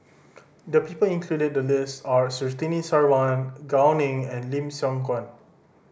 the people included in the list are Surtini Sarwan Gao Ning and Lim Siong Guan